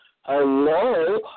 Hello